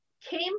came